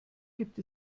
gibt